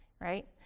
right